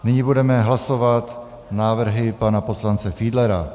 Nyní budeme hlasovat návrhy pana poslance Fiedlera.